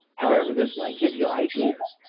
however, this might give you ideas.